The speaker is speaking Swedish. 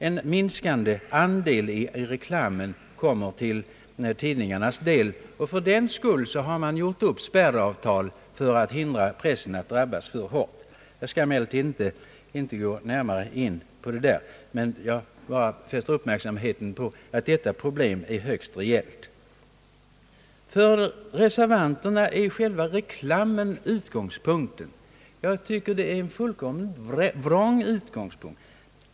En minskande andel av reklamen går till tidningarna, och man har därför träffat spärravtal för att hindra att pressen drabbas för hårt. Jag skall inte gå närmare in på detta problem. Jag fäster bara uppmärksamheten på att det är högst reellt. För reservanterna är själva reklamen utgångspunkten. Jag tycker att det är en fullständigt vrång utgångspunkt.